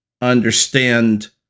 understand